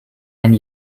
and